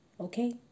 Okay